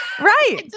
right